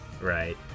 Right